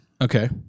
Okay